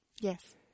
Yes